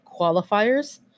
qualifiers